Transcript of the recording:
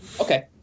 Okay